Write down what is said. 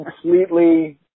completely